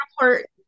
report